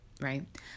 right